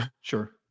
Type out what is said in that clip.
Sure